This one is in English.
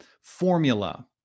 formula